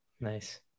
Nice